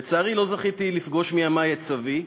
לצערי, לא זכיתי לפגוש מימי את סבי,